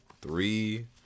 three